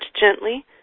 gently